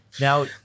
Now